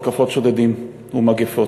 התקפות שודדים ומגפות.